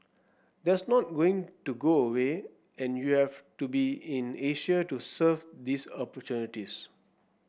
that's not going to go away and you have to be in Asia to serve these opportunities